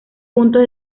puntos